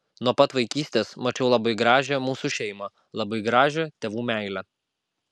nuo pat vaikystės mačiau labai gražią mūsų šeimą labai gražią tėvų meilę